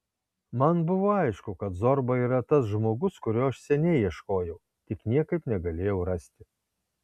man buvo aišku kad zorba yra tas žmogus kurio aš seniai ieškojau tik niekaip negalėjau rasti